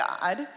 God